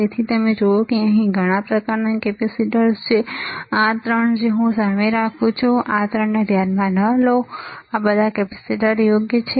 તેથી તમે જુઓ કે અહીં ઘણા પ્રકારના કેપેસિટર્સ છે આ ત્રણ જે હું સામે રાખું છું આ ત્રણને ધ્યાનમાં ન લો આ બધા કેપેસિટર યોગ્ય છે